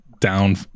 down